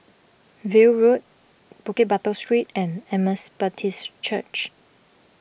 View Road Bukit Batok Street and Emmaus Baptist Church